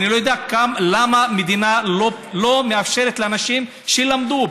אני לא יודע למה המדינה לא מאפשרת לאנשים שלמדו,